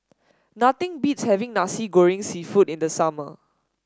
nothing beats having Nasi Goreng seafood in the summer